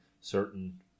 certain